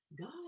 God